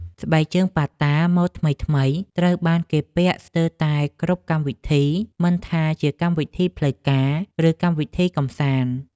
ស្បែកជើងប៉ាតាម៉ូដថ្មីៗត្រូវបានគេពាក់ស្ទើរតែគ្រប់កម្មវិធីមិនថាជាកម្មវិធីផ្លូវការ ឬកម្មវិធីកម្សាន្ត។